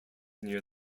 near